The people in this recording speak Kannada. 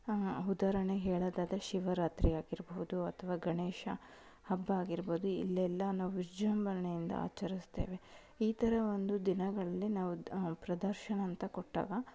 ಉದಾಹರಣೆ ಹೇಳೋದಾದರೆ ಶಿವರಾತ್ರಿ ಆಗಿರಬಹ್ದು ಅಥವಾ ಗಣೇಶ ಹಬ್ಬ ಆಗಿರ್ಬೋದು ಇಲ್ಲೆಲ್ಲ ನಾವು ವಿಜೃಂಭಣೆಯಿಂದ ಆಚರಿಸ್ತೇವೆ ಈ ಥರ ಒಂದು ದಿನಗಳಲ್ಲಿ ನಾವು ಪ್ರದರ್ಶನ ಅಂತ ಕೊಟ್ಟಾಗ